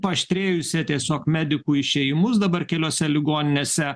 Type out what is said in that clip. paaštrėjusią tiesiog medikų išėjimus dabar keliose ligoninėse